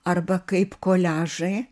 arba kaip koliažai